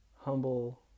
humble